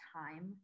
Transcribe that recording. time